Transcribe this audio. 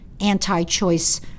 anti-choice